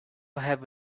have